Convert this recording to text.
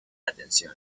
atención